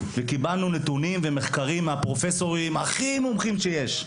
וקיבלנו נתונים ומחקרים מהפרופסורים הכי מומחים שיש.